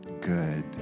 good